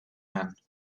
man